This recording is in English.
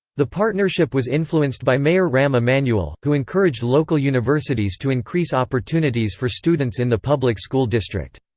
the partnership was influenced by mayor rahm emanuel, who encouraged local universities to increase opportunities for students in the public school district.